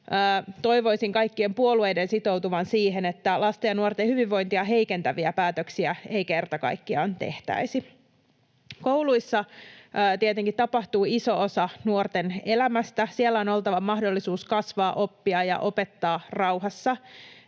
Toivoisin kaikkien puolueiden sitoutuvan siihen, että lasten ja nuorten hyvinvointia heikentäviä päätöksiä ei kerta kaikkiaan tehtäisi. Kouluissa tietenkin tapahtuu iso osa nuorten elämästä. Siellä on oltava mahdollisuus kasvaa, oppia ja opettaa rauhassa.